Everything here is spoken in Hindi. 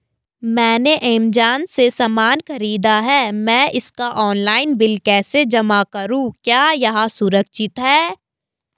मैंने ऐमज़ान से सामान खरीदा है मैं इसका ऑनलाइन बिल कैसे जमा करूँ क्या यह सुरक्षित है?